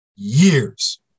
years